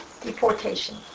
Deportation